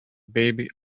baby